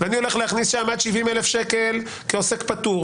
ואני הולך להכניס שם עד 70,000 שקל כעוסק פטור.